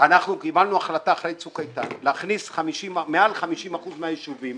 אנחנו קיבלנו החלטה אחרי צוק איתן להכניס מעל 50 אחוזים מהישובים